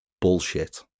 bullshit